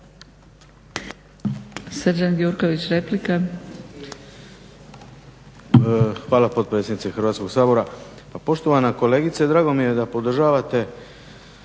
Hvala